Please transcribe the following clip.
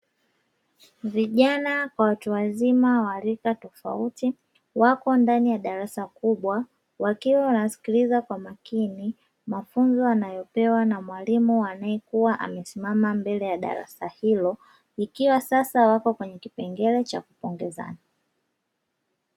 Vijana kwa watu wazima wa rika tofauti, wako ndani ya darasa kubwa wakiwa wanasikiliza kwa makini mafunzo wanayopewa na mwalimu anayekuwa amesimama mbele ya darasa hilo; ikiwa sasa wako kwenye kipengele cha kupongezana.